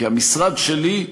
כי המשרד שלי,